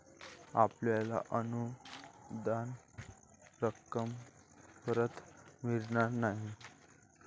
आपल्याला अनुदान रक्कम परत मिळणार नाही